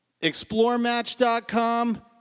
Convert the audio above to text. ExploreMatch.com